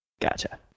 Gotcha